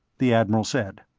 the admiral said.